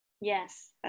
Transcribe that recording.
yes